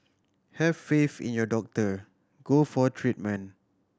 have faith in your doctor go for treatment